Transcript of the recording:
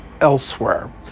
elsewhere